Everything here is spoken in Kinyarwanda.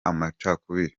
amacakubiri